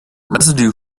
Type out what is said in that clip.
residue